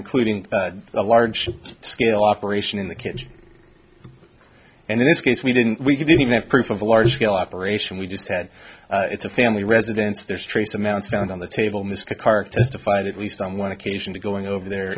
including a large scale operation in the kitchen and in this case we didn't we didn't even have proof of a large scale operation we just had it's a family residence there's trace amounts found on the table miska kark testified at least on one occasion to going over there